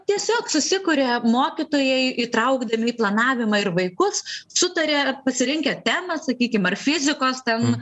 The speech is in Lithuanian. tiesiog susikuria mokytojai įtraukdami į planavimą ir vaikus sutaria pasirinkę temą sakykim ar fizikos ten